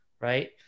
Right